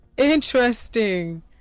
interesting